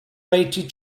rated